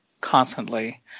constantly